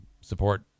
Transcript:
support